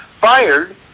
fired